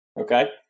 okay